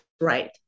right